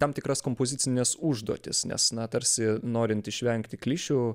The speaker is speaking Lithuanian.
tam tikras kompozicines užduotis nes na tarsi norint išvengti klišių